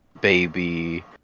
baby